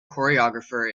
choreographer